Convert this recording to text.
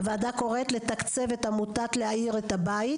הוועדה קוראת לתקצב את עמותת 'להאיר את הבית'.